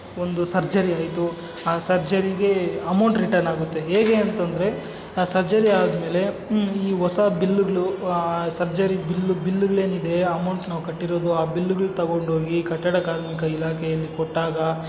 ಒಂದು ಸರ್ಜರಿ ಆಯಿತು ಆ ಸರ್ಜರಿಗೆ ಅಮೌಂಟ್ ರಿಟನ್ ಆಗುತ್ತೆ ಹೇಗೆ ಅಂತಂದರೆ ಆ ಸರ್ಜರಿ ಆದಮೇಲೆ ಈ ಹೊಸ ಬಿಲ್ಲುಗಳು ಆ ಸರ್ಜರಿ ಬಿಲ್ ಬಿಲ್ಲುಗಳ್ ಏನಿದೆ ಆ ಅಮೌಂಟ್ ನಾವು ಕಟ್ಟಿರೋದು ಆ ಬಿಲ್ಲುಗಳ್ ತಗೊಂಡೋಗಿ ಕಟ್ಟಡ ಕಾರ್ಮಿಕ ಇಲಾಖೆಯಲ್ಲಿ ಕೊಟ್ಟಾಗ